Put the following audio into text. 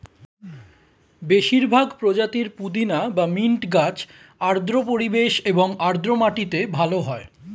বেশিরভাগ প্রজাতির পুদিনা বা মিন্ট গাছ আর্দ্র পরিবেশ এবং আর্দ্র মাটিতে ভালো হয়